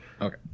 Okay